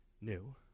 new